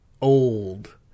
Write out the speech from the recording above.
old